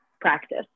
practice